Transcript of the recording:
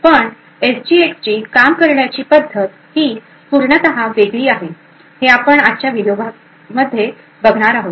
पण S G X ची काम करण्याची पद्धत ही पूर्णतः वेगळी आहे हे आपण आजच्या व्हिडिओमध्ये पाहणार आहोत